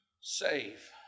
save